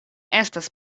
estas